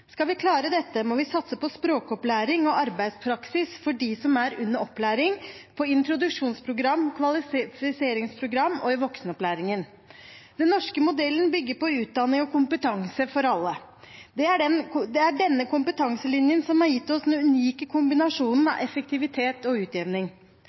Skal vi klare dette, må vi satse på språkopplæring og arbeidspraksis for dem som er under opplæring i introduksjonsprogram, i kvalifiseringsprogram og i voksenopplæringen. Den norske modellen bygger på utdanning og kompetanse for alle. Det er denne kompetanselinjen som har gitt oss den unike kombinasjonen